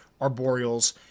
arboreals